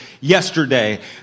yesterday